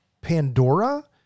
Pandora